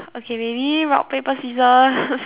okay ready rock paper scissors